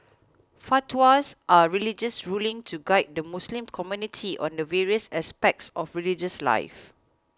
fatwas are religious rulings to guide the Muslim community on the various aspects of religious life